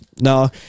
No